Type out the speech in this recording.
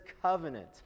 covenant